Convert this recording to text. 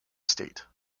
state